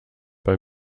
bei